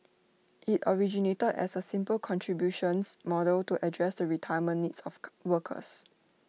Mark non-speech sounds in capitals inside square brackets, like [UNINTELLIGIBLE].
IT originated as A simple contributions model to address the retirement needs of [UNINTELLIGIBLE] workers